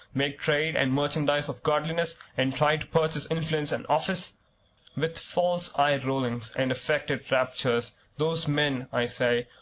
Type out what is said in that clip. make trade and merchandise of godliness, and try to purchase influence and office with false eye-rollings and affected raptures those men, i say,